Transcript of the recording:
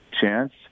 chance